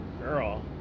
girl